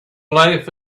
life